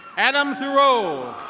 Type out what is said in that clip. adam thurow.